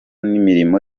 n’imirimo